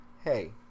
hey